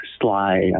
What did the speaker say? sly